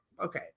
okay